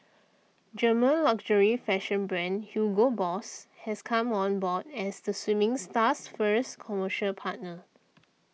German luxury fashion brand Hugo Boss has come on board as the swimming star's first commercial partner